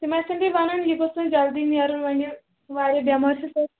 تِم آسَن بیٚیہِ وَنان یہِ گوٚژھ وۄنۍ جلدی نیرُن وَنہِ واریاہ بٮ۪مار چھُ سُہ